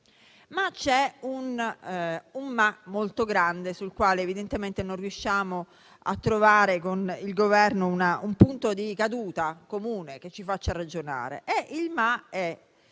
Ma c'è un "ma" molto grande, sul quale evidentemente non riusciamo a trovare con il Governo un punto di caduta comune che ci faccia ragionare. Nel momento